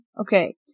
Okay